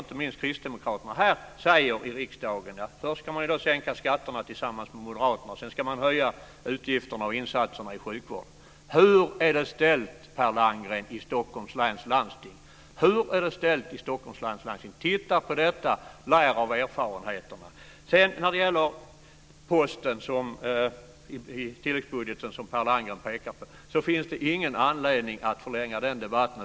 Inte minst säger kristdemokraterna här i riksdagen att man först ska sänka skatterna tillsammans med moderaterna. Sedan ska man höja utgifterna och insatserna i sjukvården. Hur är det ställt, Per Landgren, i Stockholms läns landsting? Titta på detta! Lär av erfarenheterna! När det gäller posten i tilläggsbudgeten, som Per Landgren pekar på, finns det ingen anledning att förlänga den debatten.